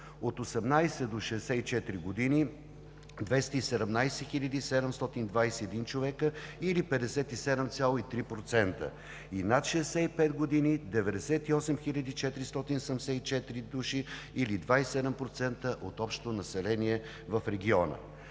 от 18 до 64 години – 217 721 човека, или 57,3%, и над 65 години – 98 474 души, или 27% от общото население в региона.